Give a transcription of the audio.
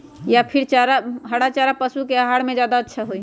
या फिर हरा चारा पशु के आहार में ज्यादा अच्छा होई?